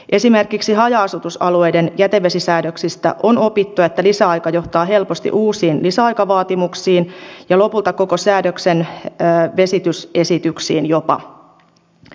esimerkiksi haja asutusalueiden jätevesisäädöksistä on opittu että lisäaika johtaa helposti uusiin lisäaikavaatimuksiin ja lopulta jopa koko säädöksen vesitysesityksiin